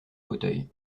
fauteuil